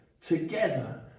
together